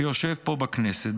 שיושב כאן בכנסת,